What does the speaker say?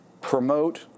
promote